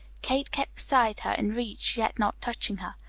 kate kept beside her, in reach, yet not touching her.